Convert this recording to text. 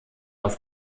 auf